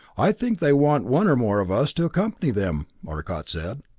i think they want one or more of us to accompany them, arcot said.